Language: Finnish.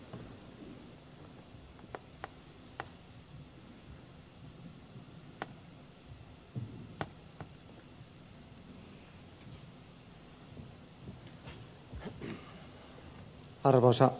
arvoisa puhemies